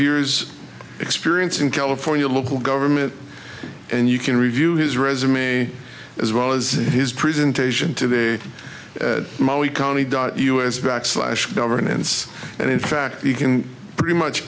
years experience in california local government and you can review his resume as well as his presentation to the molly county dot us backslash governance and in fact you can pretty much